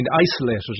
isolated